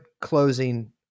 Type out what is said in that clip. closing